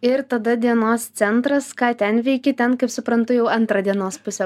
ir tada dienos centras ką ten veiki ten kaip suprantu jau antrą dienos pusę